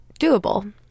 doable